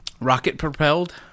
Rocket-propelled